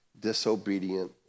disobedient